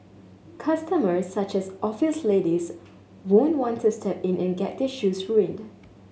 customers such as office ladies won't want to step in and get their shoes ruined